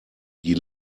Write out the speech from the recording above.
die